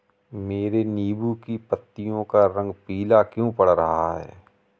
मेरे नींबू की पत्तियों का रंग पीला क्यो पड़ रहा है?